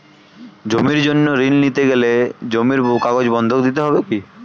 জমির জন্য ঋন নিতে গেলে জমির কাগজ বন্ধক দিতে হবে কি?